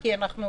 כי הוא